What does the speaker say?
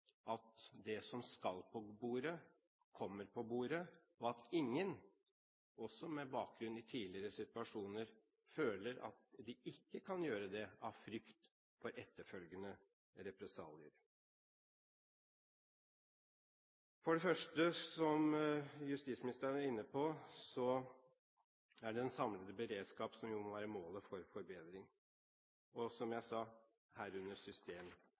at det som skal på bordet, kommer på bordet, og at ingen – også med bakgrunn i tidligere situasjoner – føler at de ikke kan gjøre det, av frykt for etterfølgende represalier? For det første, som justisministeren var inne på, er det den samlede beredskapen som jo må være målet for forbedring, og, som jeg sa, herunder